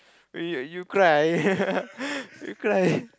you you you cry you cry